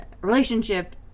relationship